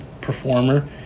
performer